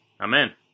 amen